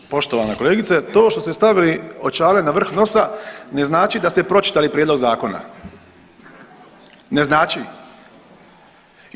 Poštovana kolegice, to što ste stavili očale na vrh nosa ne znači da ste pročitali prijedlog zakona, ne znači.